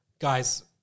guys